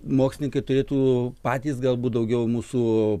mokslininkai turėtų patys galbūt daugiau mūsų